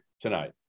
tonight